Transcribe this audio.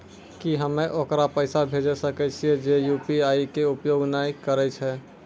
की हम्मय ओकरा पैसा भेजै सकय छियै जे यु.पी.आई के उपयोग नए करे छै?